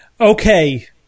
Okay